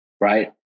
right